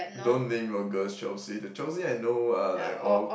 don't name your girls Chelsea the Chelsea I know are like all